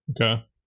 Okay